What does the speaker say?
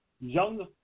young